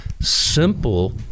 simple